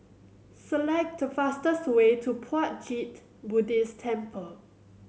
select the fastest way to Puat Jit Buddhist Temple